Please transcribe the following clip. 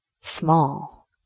small